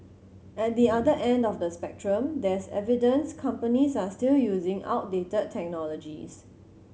at the other end of the spectrum there's evidence companies are still using outdated technologies